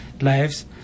lives